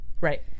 Right